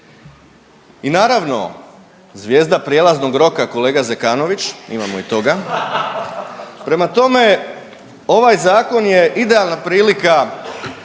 I naravno, zvijezda prijelaznog roka, kolega Zekanović, imamo i toga. Prema tome, ovaj Zakon je idealna prilika